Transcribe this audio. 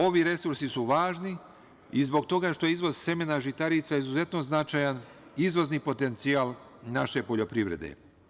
Ovi resursi su važni i zbog toga što je izvoz semena žitarica izuzetno značajan izvozni potencijal naše poljoprivrede.